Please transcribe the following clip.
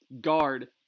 guard